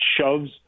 shoves